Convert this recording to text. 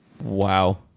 Wow